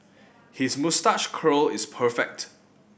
his moustache curl is perfect